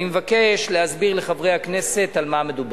אני מבקש להסביר לחברי הכנסת על מה מדובר.